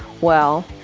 well,